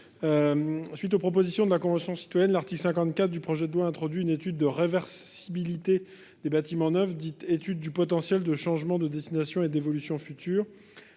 suite des propositions de la Convention citoyenne pour le climat, l'article 54 du projet de loi introduit une étude de réversibilité des bâtiments neufs, dite « étude du potentiel de changement de destination et d'évolution ».